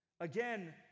Again